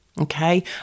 Okay